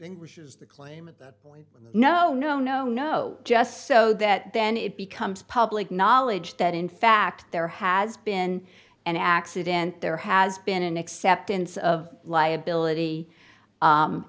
extinguishes the claimant point no no no no just so that then it becomes public knowledge that in fact there has been an accident there has been an acceptance of liability